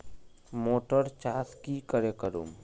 Motor चास की करे करूम?